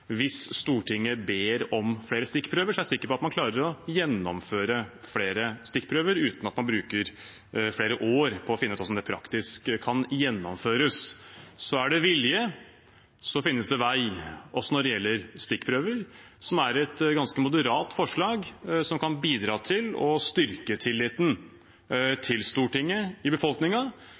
Hvis Stortinget ber om flere stikkprøver, er jeg sikker på at man klarer å gjennomføre flere stikkprøver uten at man bruker flere år på å finne ut hvordan det praktisk kan gjennomføres. Er det vilje, finnes det vei, også når det gjelder stikkprøver, som er et ganske moderat forslag som kan bidra til å styrke tilliten til Stortinget i